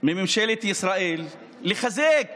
מממשלת ישראל לחזק